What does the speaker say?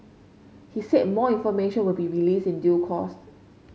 he said more information would be released in due course